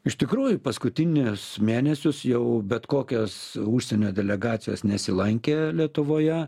iš tikrųjų paskutinius mėnesius jau bet kokios užsienio delegacijos nesilankė lietuvoje